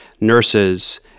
nurses